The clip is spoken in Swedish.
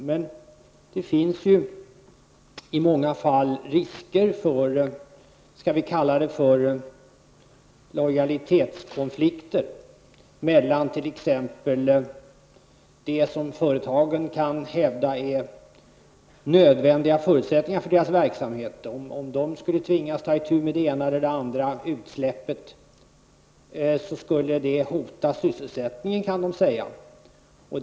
Men i många fall finns det risker för lojalitetskonflikter, t.ex. när företag kan hävda att vissa företeelser är nödvändiga förutsättningar för deras verksamhet. Skulle företagen tvingas att behöva ta itu med det ena eller det andra utsläppet skulle företagen kunna hävda att dessa åtgärder hotade sysselsättningen.